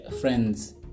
friends